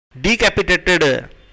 decapitated